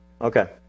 Okay